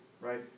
Right